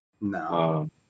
No